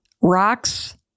Rocks